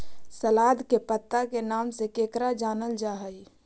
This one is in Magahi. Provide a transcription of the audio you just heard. सलाद के पत्ता के नाम से केकरा जानल जा हइ?